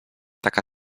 taka